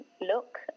look